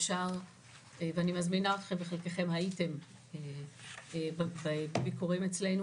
אפשר ואני מזמינה אתכם וחלקכם הייתם בביקורים אצלנו,